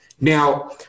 Now